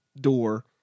door